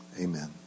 Amen